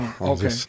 Okay